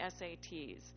SATs